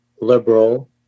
Liberal